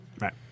Right